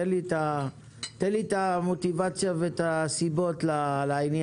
תן לי את המוטיבציה ואת הסיבות לעניין.